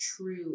true